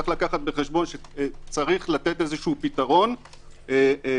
יש לקחת בחשבון שצריך לתת פתרון כלשהו.